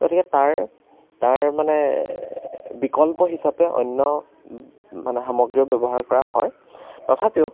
গতিকে তাৰ তাৰ মানে বিকল্প হিচাপে অন্য় মানে সামগ্ৰীও ব্য়ৱহাৰ কৰা হয় তথাপিও